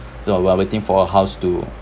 ya while waiting for a house to